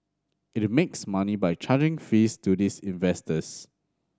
it makes money by charging fees to these investors